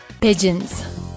Pigeons